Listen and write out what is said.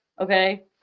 Okay